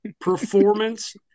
performance